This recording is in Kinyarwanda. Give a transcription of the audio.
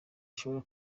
ushobora